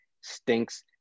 stinks